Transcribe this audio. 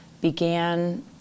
began